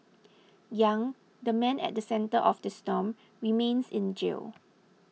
Yang the man at the centre of the storm remains in jail